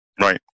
right